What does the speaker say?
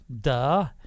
duh